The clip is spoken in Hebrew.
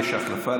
יש החלפה.